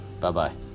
Bye-bye